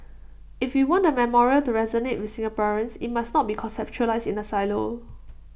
if we want the memorial to resonate with Singaporeans IT must not be conceptualised in A silo